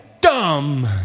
dumb